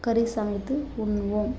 கறி சமைத்து உண்ணுவோம்